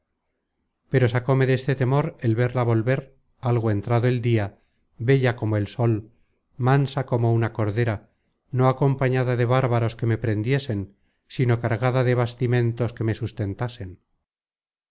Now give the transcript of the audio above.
pero sacóme deste temor el verla volver algo entrado el dia bella como el sol mansa como una cordera no acompañada de bárbaros que me prendiesen sino cargada de bastimentos que me sustentasen